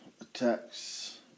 attacks